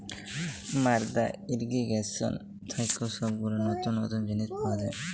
মাদ্দা ইর্রিগেশন থেক্যে সব গুলা লতুল লতুল জিলিস পাওয়া যায়